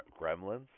Gremlins